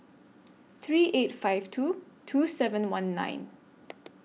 three eight five two two seven one nine